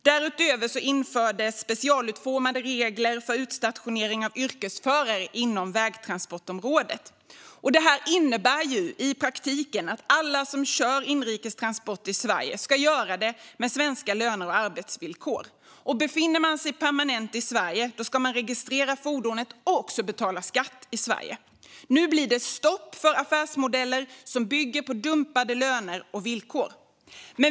Därutöver infördes specialutformade regler för utstationering av yrkesförare inom vägtransportområdet. Detta innebär i praktiken att alla som kör inrikestransport i Sverige ska göra det med svenska löner och arbetsvillkor. Befinner man sig permanent i Sverige ska man registrera fordonet och också betala skatt i Sverige. Nu blir det stopp för affärsmodeller som bygger på dumpade löner och villkor.